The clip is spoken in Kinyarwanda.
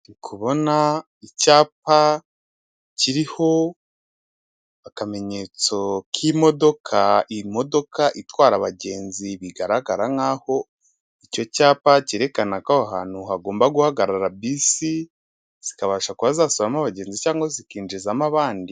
Ndi kubona icyapa kiriho akamenyetso k'imodoka, imodoka itwara abagenzi bigaragara nkaho icyo cyapa cyerekana ko aho hantu hagomba guhagarara bisi, zikabasha kuba zasohoramo abagenzi cyangwa zikinjizamo abandi.